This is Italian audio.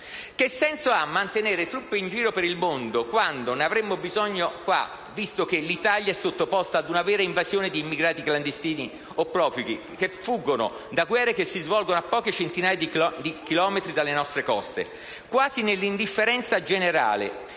Che senso ha mantenere truppe in giro per il mondo, quando l'Italia è sottoposta ad una vera invasione di immigrati clandestini o profughi che fuggono da guerre che si svolgono a poche centinaia di chilometri dalle nostre coste, quasi nell'indifferenza generale,